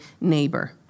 neighbor